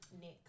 nick